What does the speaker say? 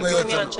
בסדר.